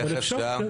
אבל אפשר.